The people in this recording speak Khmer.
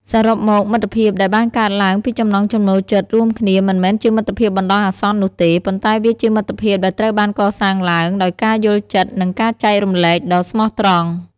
សរុបមក មិត្តភាពដែលបានកើតឡើងពីចំណង់ចំណូលចិត្តរួមគ្នាមិនមែនជាមិត្តភាពបណ្ដោះអាសន្ននោះទេ ប៉ុន្តែវាជាមិត្តភាពដែលត្រូវបានកសាងឡើងដោយការយល់ចិត្តនិងការចែករំលែកដ៏ស្មោះត្រង់។